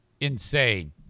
insane